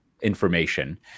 information